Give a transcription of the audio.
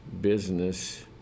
business